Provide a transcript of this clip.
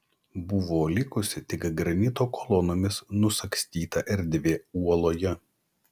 buvo likusi tik granito kolonomis nusagstyta erdvė uoloje